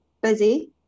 busy